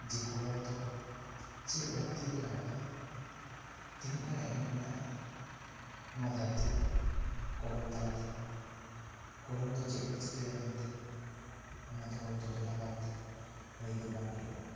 ᱡᱮ ᱠᱚᱞᱚᱢ ᱫᱚ ᱪᱮᱫ ᱞᱟᱹᱠᱛᱤ ᱨᱮ ᱞᱟᱜᱟᱜᱼᱟ ᱛᱤᱱᱟᱹᱜ ᱜᱟᱱ ᱮᱱᱮᱢ ᱢᱮᱱᱟᱜᱼᱟ ᱱᱚᱣᱟ ᱫᱷᱟᱹᱨᱛᱤᱨᱮ ᱠᱚᱞᱚᱢ ᱛᱟᱞᱟ ᱛᱮ ᱠᱚᱞᱚᱢ ᱫᱚ ᱪᱮᱫ ᱮ ᱪᱤᱠᱟᱭᱟ ᱢᱮᱱᱛᱮ ᱚᱱᱟᱫᱚ ᱦᱚᱭᱛᱚ ᱫᱚᱦᱲᱟ ᱠᱟᱨ ᱛᱮ ᱞᱟᱹᱭ ᱫᱚ ᱵᱟᱝ ᱦᱩᱭᱩᱜᱼᱟ